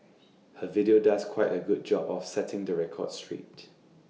her video does quite A good job of setting the record straight